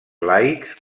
laics